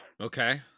Okay